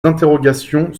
interrogations